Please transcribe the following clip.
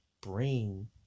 brain